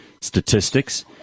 statistics